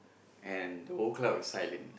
and the whole club was silent